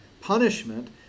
punishment